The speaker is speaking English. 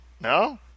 No